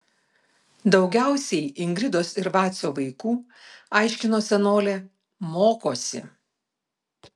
daugiausiai ingridos ir vacio vaikų aiškino senolė mokosi